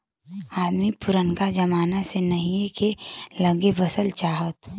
अदमी पुरनका जमाना से नहीए के लग्गे बसे चाहत